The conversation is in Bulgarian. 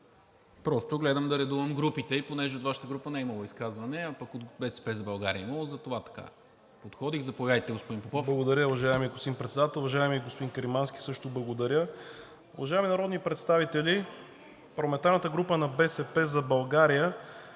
Просто гледам да редувам групите и понеже от Вашата група не е имало изказване, а пък от „БСП за България“ е имало, затова така подходих. Заповядайте, господин Попов. ФИЛИП ПОПОВ (БСП за България): Благодаря, уважаеми господин Председател. Уважаеми господин Каримански – също благодаря! Уважаеми народни представители, парламентарната група на „БСП за България“